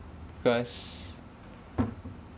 cause